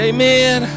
Amen